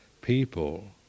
people